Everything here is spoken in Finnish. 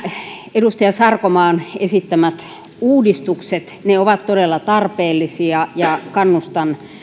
edustaja sarkomaan esittämät uudistukset ovat todella tarpeellisia ja kannustan